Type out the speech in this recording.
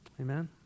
Amen